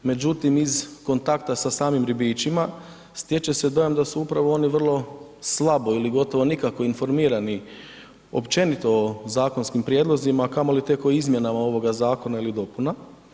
Međutim, iz kontakta sa samim ribičima stječe se dojam da su upravo oni vrlo slabo ili gotovo nikako informirani općenito o zakonskim prijedlozima, kamoli tek o izmjenama ovoga zakona ili dopuna.